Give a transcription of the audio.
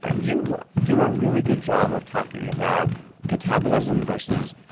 ah you do a really good job of talking about catabolism versus